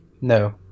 No